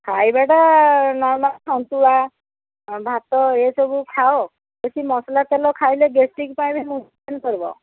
ଖାଇବାଟା ନର୍ମାଲ୍ ସନ୍ତୁଳା ଭାତ ଏସବୁ ଖାଅ କିଛି ମସଲା ତେଲ ଖାଇଲେ ଗ୍ୟାଷ୍ଟିକ୍ ପାଇଁ ବି ପେନ୍ କରିବ